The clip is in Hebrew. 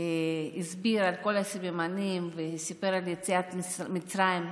הסביר על כל הסימנים וסיפר על יציאת מצרים.